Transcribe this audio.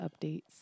updates